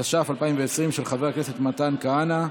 התש"ף 2020, של חבר הכנסת מתן כהנא.